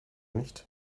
nicht